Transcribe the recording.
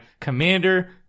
Commander